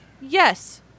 yes